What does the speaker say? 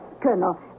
Colonel